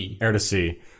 air-to-sea